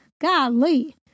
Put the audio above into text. Golly